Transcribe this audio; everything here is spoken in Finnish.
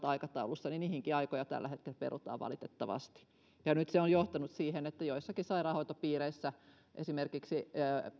aikataulussa tällä hetkellä valitettavasti perutaan nyt se on johtanut siihen että joissakin sairaanhoitopiireissä esimerkiksi